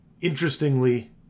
Interestingly